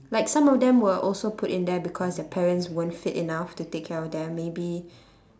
like some of them were also put in there because their parents weren't fit enough to take care of them maybe